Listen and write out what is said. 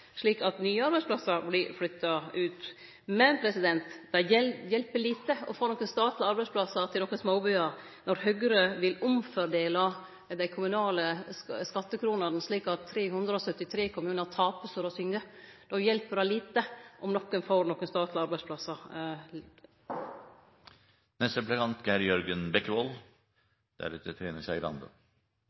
slik at nye arbeidsplassar blir flytta ut. Men det hjelper lite å få nokon statlege arbeidsplassar til småbyar når Høgre vil dele ut dei kommunale skattekronene slik at 373 kommunar tapar så det syng. Då hjelper det lite om nokon får nokon statlege arbeidsplassar.